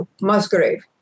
Musgrave